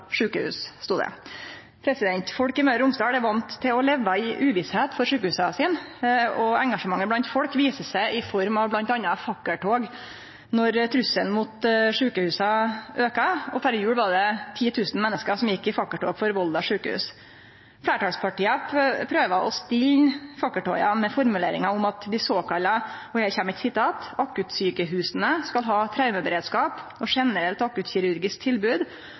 sjukehus.» Folk i Møre og Romsdal er vane med å leve i uvisse for sjukehusa sine. Engasjementet blant folk viser seg i form av bl.a. fakkeltog når trusselen mot sjukehusa aukar, og før jul var det 10 000 menneske som gjekk i fakkeltog for Volda sjukehus. Fleirtalspartia prøver å stilne fakkeltoga med formuleringa om at såkalla «akuttsykehus skal ha traumeberedskap og generelt